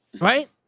Right